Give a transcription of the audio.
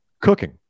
cooking